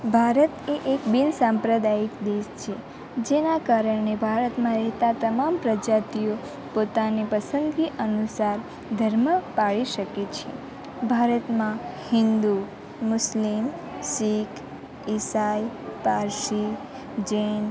ભારત એ એક બિનસાંપ્રદાયિક દેશ છે જેનાં કારણે ભારતમાં રહેતાં તમામ પ્રજાતિઓ પોતાની પસંદગી અનુસાર ધર્મ પાળી શકે છે ભારતમાં હિન્દુ મુસ્લિમ શીખ ઈસાઈ પારસી જૈન